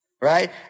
right